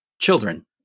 children